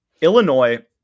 illinois